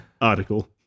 article